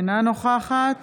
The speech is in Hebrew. אינה נוכחת